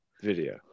video